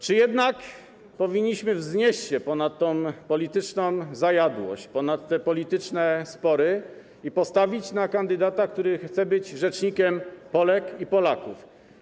Czy jednak powinniśmy wznieść się ponad tą polityczną zajadłość, ponad te polityczne spory i postawić na kandydata, który chce być rzecznikiem Polek i Polaków?